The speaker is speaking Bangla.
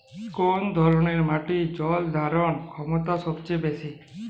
কোন ধরণের মাটির জল ধারণ ক্ষমতা সবচেয়ে বেশি?